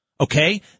Okay